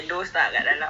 thailand